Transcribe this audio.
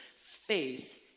faith